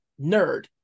nerd